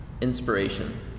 inspiration